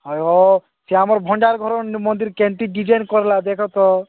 ଆୟୋ ସେ ଆମର ଭଣ୍ଡାର ଘର ମନ୍ଦିର କେମିତି ଡିଜାଇନ୍ କଲା ଦେଖ ତ